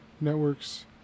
networks